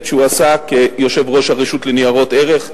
שהוא עשה כיושב-ראש הרשות לניירות ערך,